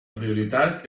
prioritat